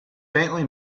faintly